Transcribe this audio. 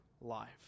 life